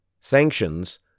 Sanctions